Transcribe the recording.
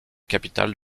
capitale